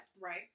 Right